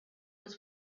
was